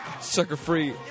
Sucker-Free